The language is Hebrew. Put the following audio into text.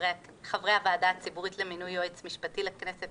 חברי הוועדה הציבורית למינוי יועץ משפטי לכנסת